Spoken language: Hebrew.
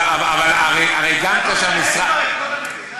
אתה לא מנהל כבר את כל המדינה, חבר הכנסת פרוש?